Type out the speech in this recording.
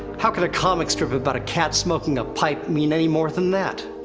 how can a comic strip about a cat smoking a pipe mean any more than that?